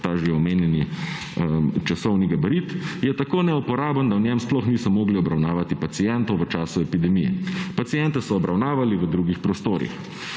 ta že omenjeni časovni gabarit, je tako neuporaben, da v njem sploh niso mogli obravnavati pacientov v času epidemije. Paciente so obravnavali v drugih prostorih.